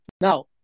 Now